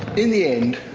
in the end,